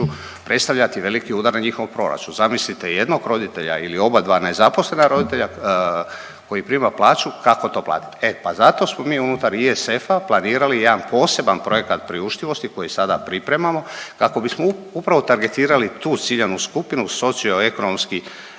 predstavljati veliki udar na njihov proračun. Zamislite jednog roditelja ili oba dva nezaposlena roditelja koji prima plaću kako to platiti. E pa zato smo mi unutar ISF-a planirali jedan poseban projekat pruštivosti koji sada pripremamo kako bismo upravo targetirali tu ciljanu skupinu socioekonomski